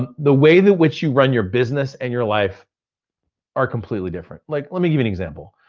um the way that which you run your business and your life are completely different. like, let me give an example.